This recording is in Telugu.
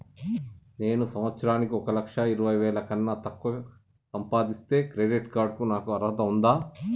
నేను సంవత్సరానికి ఒక లక్ష ఇరవై వేల కన్నా తక్కువ సంపాదిస్తే క్రెడిట్ కార్డ్ కు నాకు అర్హత ఉందా?